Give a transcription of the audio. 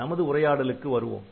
நமது உரையாடலுக்கு வருவோம்